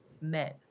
men